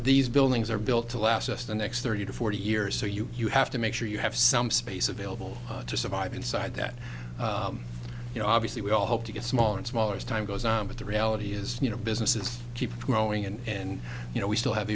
these buildings are built to last us the next thirty to forty years so you you have to make sure you have some space available to survive inside that you know obviously we all hope to get smaller and smaller as time goes on but the reality is you know businesses keep growing and you know we still have